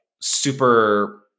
super